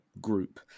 group